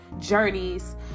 journeys